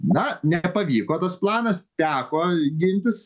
na nepavyko tas planas teko gintis